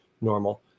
normal